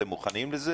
אתם מוכנים לזה?